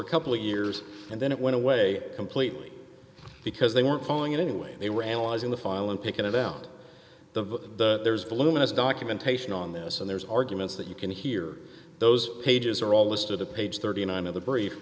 a couple of years and then it went away completely because they weren't calling it anyway they were analyzing the file and pick it out the there's voluminous documentation on this and there's arguments that you can hear those pages are all listed at page thirty nine of the brief